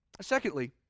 Secondly